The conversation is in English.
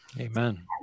Amen